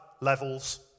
levels